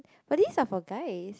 but these are for guys